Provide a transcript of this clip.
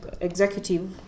executive